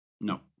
No